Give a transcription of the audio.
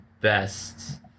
best